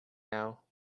now